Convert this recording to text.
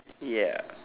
ya